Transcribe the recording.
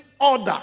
order